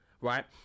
right